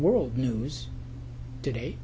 world news today